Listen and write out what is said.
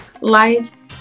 life